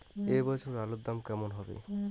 এ বছর আলুর দাম কেমন হবে?